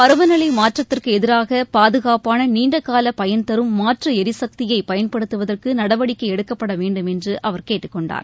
பருவநிலை மாற்றத்திற்கு எதிராக பாதுகாப்பான நீண்ட கால பயன்தரும் மாற்று எரிசக்தியை பயன்படுத்துவதற்கு நடவடிக்கை எடுக்கப்பட வேண்டும் என்று அவர் கேட்டுக் கொண்டார்